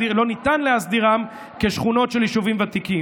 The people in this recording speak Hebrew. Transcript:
להסדירם כשכונות של יישובים ותיקים.